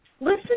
Listen